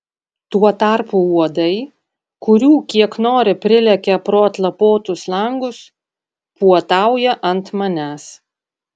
tuo tarpu uodai kurių kiek nori prilekia pro atlapotus langus puotauja ant manęs